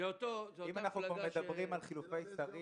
אם אנחנו מדברים על חילופי שרים,